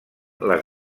les